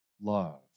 love